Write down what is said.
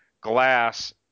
glass